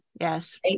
Yes